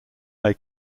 may